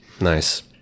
Nice